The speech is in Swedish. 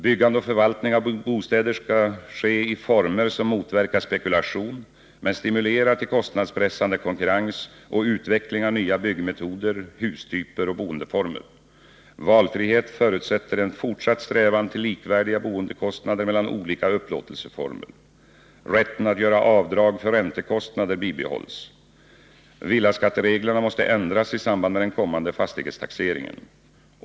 Byggande och förvaltning av bostäder skall ske i former som motverkar spekulation men stimulerar till kostnadspressande konkurrens och utveckling av nya byggmetoder, hustyper och boendeformer. Valfrihet förutsätter en fortsatt strävan till likvärdiga boendekostnader mellan olika upplåtelseformer. Rätten att göra avdrag för räntekostnader bibehålls. Villaskattereglerna måste ändras i samband med den kommande fastighetstaxeringen.